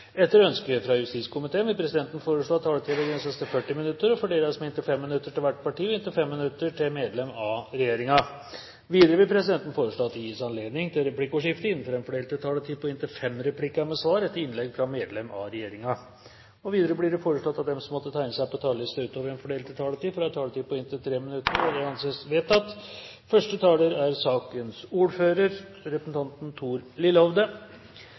Etter ønske fra justiskomiteen vil presidenten foreslå at taletiden begrenses til 40 minutter og fordeles med inntil 5 minutter til hvert parti og inntil 5 minutter til medlem av regjeringen. Videre vil presidenten foreslå at det gis anledning til replikkordskifte på inntil fem replikker med svar etter innlegg fra medlem av regjeringen innenfor den fordelte taletid. Videre blir det foreslått at de som måtte tegne seg på talerlisten utover den fordelte taletid, får en taletid på inntil 3 minutter. – Det anses vedtatt.